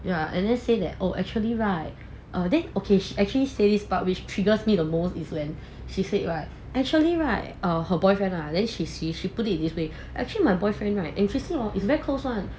ya and then say that oh actually right err then okay actually say this which she trigger me the most is when she said right actually right err her boyfriend lah then she say she put it this way actually my boyfriend right and tracy is very close [one]